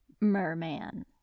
merman